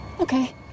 Okay